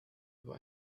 über